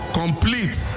complete